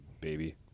baby